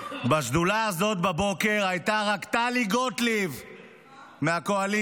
בשדולה הזאת בבוקר הייתה רק טלי גוטליב מהקואליציה.